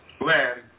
land